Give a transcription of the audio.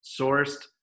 sourced